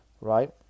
Right